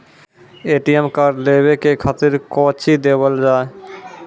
ATM card लेवे के खातिर कौंची देवल जाए?